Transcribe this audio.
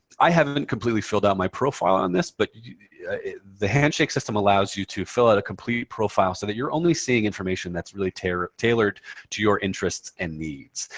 i haven't completely filled out my profile on this, but the handshake system allows you to fill out a complete profile so that you're only seeing information that's really tailored tailored to your interests and needs.